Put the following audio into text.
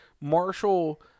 Marshall